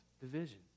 division